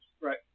Right